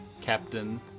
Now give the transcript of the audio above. Captain